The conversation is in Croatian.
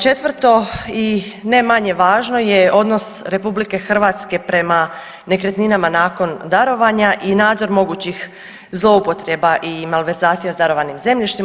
Četvrto i ne manje važno je odnos RH prema nekretninama nakon darovanja i nadzor mogućih zloupotreba i malverzacija s darovanim zemljištima.